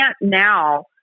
now